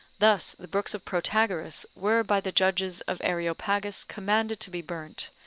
thus the books of protagoras were by the judges of areopagus commanded to be burnt,